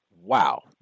wow